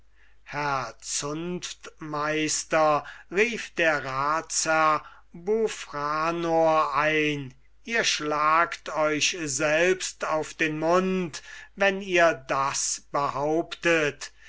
herr zunftmeister fiel der ratsherr buphranor ein ihr schlagt euch selbst auf den mund wenn ihr das behauptet